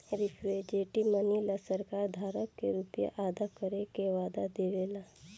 representative money ला सरकार धारक के रुपिया अदा करे के वादा देवे ला